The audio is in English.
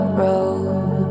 road